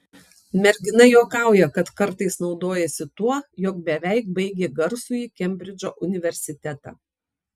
mergina juokauja kad kartais naudojasi tuo jog beveik baigė garsųjį kembridžo universitetą